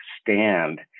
stand